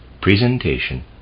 presentation